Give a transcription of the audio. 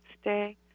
stay